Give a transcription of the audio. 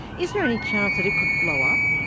is there any chance that it could blow up?